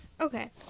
Okay